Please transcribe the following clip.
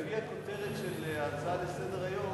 כי לפי הכותרת של ההצעה לסדר-היום